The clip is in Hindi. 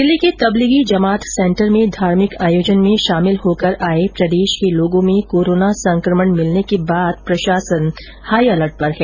दिल्ली के तबलीगी जमात सेंटर में धार्मिक आयोजन में शामिल होकर आये प्रदेश के लोगों में कोरोना संकमण मिलने के बाद प्रशासन हाई अलर्ट पर है